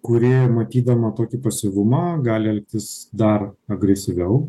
kuri matydama tokį pasyvumą gali elgtis dar agresyviau